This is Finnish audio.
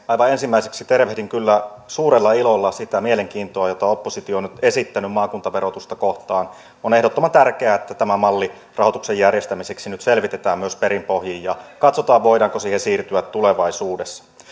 aivan ensimmäiseksi tervehdin kyllä suurella ilolla sitä mielenkiintoa jota oppositio on nyt esittänyt maakuntaverotusta kohtaan on ehdottoman tärkeää että tämä malli rahoituksen järjestämiseksi nyt myös selvitetään perin pohjin ja katsotaan voidaanko siihen siirtyä tulevaisuudessa